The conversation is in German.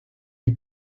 die